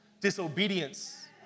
disobedience